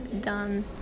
done